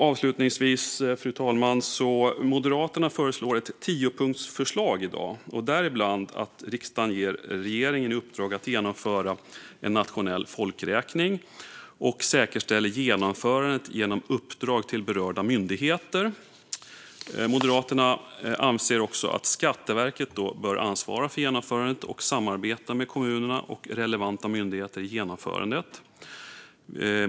Avslutningsvis, fru talman, föreslår Moderaterna ett tiopunktsförslag i dag, däribland att riksdagen ska ge regeringen i uppdrag att genomföra en nationell folkräkning och säkerställa genomförandet genom uppdrag till berörda myndigheter. Moderaterna anser också att Skatteverket bör ansvara för genomförandet och samarbeta med kommunerna och relevanta myndigheter i genomförandet.